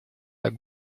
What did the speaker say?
так